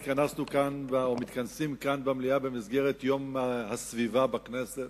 אנחנו מתכנסים היום כאן במליאה במסגרת יום הסביבה בכנסת,